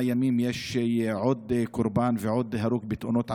ימים יש עוד קורבן ועוד הרוג בתאונות עבודה.